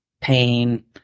pain